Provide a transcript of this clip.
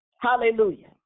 Hallelujah